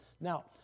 Now